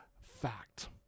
fact